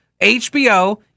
HBO